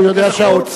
הוא יודע שהאוצר,